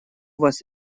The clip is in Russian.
вас